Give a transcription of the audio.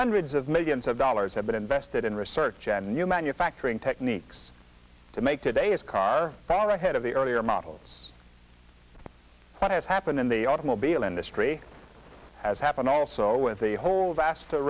hundreds of millions of dollars have been invested in research and new manufacturing techniques to make today is car far ahead of the earlier models what has happened in the automobile industry has happened also with a whole vast